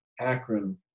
akron